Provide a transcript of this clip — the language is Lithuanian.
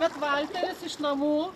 kuomet valteris iš namų